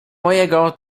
mojego